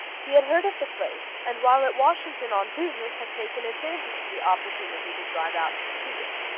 he had heard of the place, and while at washington on business had taken advantage of the opportunity to drive out and see it.